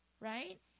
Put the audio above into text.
right